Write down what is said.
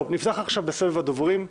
נפתח עכשיו בסבב הדוברים.